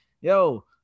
yo